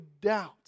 doubt